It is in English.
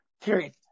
Period